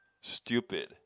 stupid